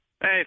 Hey